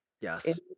Yes